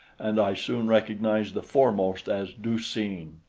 and i soon recognized the foremost as du-seen.